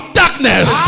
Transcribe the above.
darkness